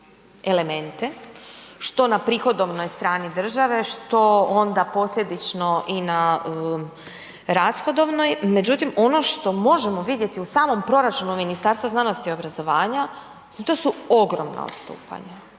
elemente što na prihodovnoj strani države, što onda posljedično i na rashodovnoj, međutim ono što možemo vidjeti u samom proračunu Ministarstva znanosti i obrazovanja, mislim to su ogromna odstupanja,